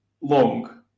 long